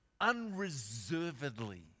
unreservedly